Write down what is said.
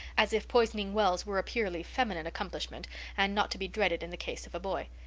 as if poisoning wells were a purely feminine accomplishment and not to be dreaded in the case of a boy.